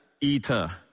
eater